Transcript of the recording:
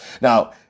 Now